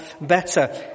better